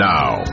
Now